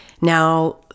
now